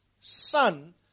son